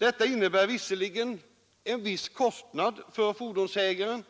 Detta innebär visserligen en viss kostnad för fordonsägaren